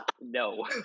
No